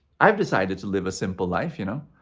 i've decided to live a simple life, you know.